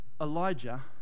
Elijah